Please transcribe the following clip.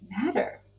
matter